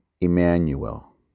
Emmanuel